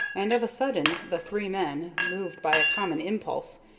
and of a sudden the three men, moved by a common impulse,